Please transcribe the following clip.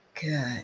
Good